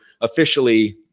officially